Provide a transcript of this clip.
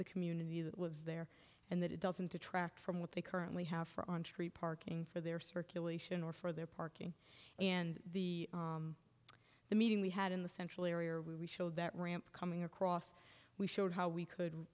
the community that lives there and that it doesn't detract from what they currently have for on tree parking for their circulation or for their parking and the the meeting we had in the central area or we show that ramp coming across we showed how we could